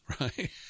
right